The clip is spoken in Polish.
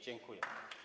Dziękuję.